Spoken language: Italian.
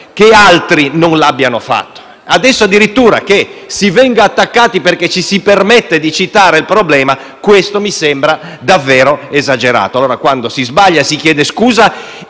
che altri non l'abbiano fatto. Adesso, addirittura, si viene attaccati perché ci si permette di citare il problema. Questo mi sembra davvero esagerato. Quando si sbaglia, si chiede scusa.